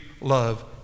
love